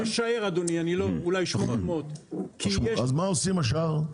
אני משער, אדוני, אולי 800. מה עושים השאר?